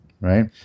right